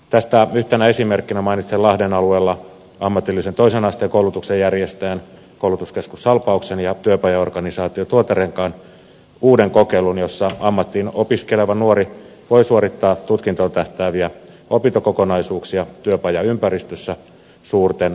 tästä yhtenä esimerkkinä mainitsen lahden alueella ammatillisen toisen asteen koulutuksen järjestäjän koulutuskeskus salpauksen ja työpajaorganisaatio tuoterenkaan uuden kokeilun jossa ammattiin opiskeleva nuori voi suorittaa tutkintoon tähtääviä opintokokonaisuuksia työpajaympäristössä suurten opetusryhmien sijaan